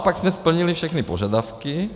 Naopak jsme splnili všechny požadavky.